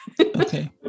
Okay